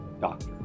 doctor